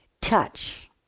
touch